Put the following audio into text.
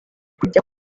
kujya